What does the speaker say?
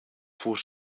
voor